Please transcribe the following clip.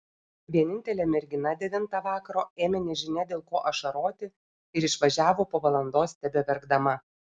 vienintelė mergina devintą vakaro ėmė nežinia dėl ko ašaroti ir išvažiavo po valandos tebeverkdama